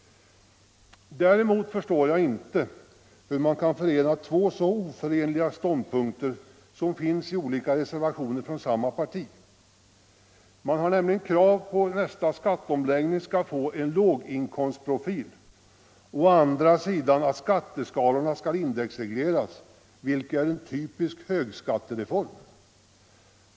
Däremot förstår jag inte hur man kan förena två så oförenliga ståndpunkter som det finns i olika reservationer från samma parti. Man har nämligen å ena sidan krav på att nästa skatteomläggning skall få en låginkomstprofil och å andra sidan krav på att skatteskalorna skall indexregleras, vilket är en typisk högskattereform.